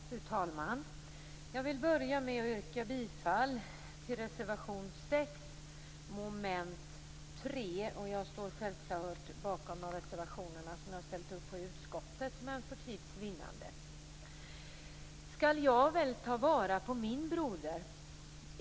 Fru talman! Jag vill börja med att yrka bifall till reservation 6 under mom. 3. Jag står självklart bakom de reservationer jag ställt mig bakom i utskottet men yrkar för tids vinnande inte bifall till dem. Skall jag väl ta vara på min broder?